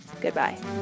goodbye